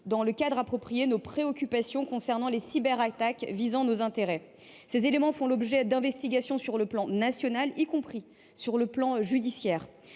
dans le cadre approprié nos préoccupations concernant les cyberattaques qui visent nos intérêts. Ces dernières font l’objet d’investigations au plan national, y compris d’un point de vue judiciaire.